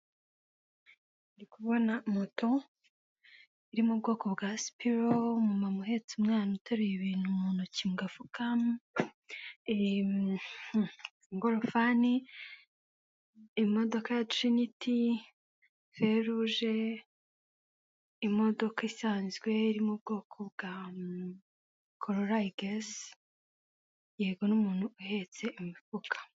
Ndi kubona moto iri mu bwoko bwa sipiro, umumama uhetse umwana uteruye ibintu mu ntoki mu gafuka, ingorofani, imodoka ya tiriniti, feruje, imodoka isanzwe iri mu bwoko bwa korola ayigesi, yego n'umuntu uhetse imifuka.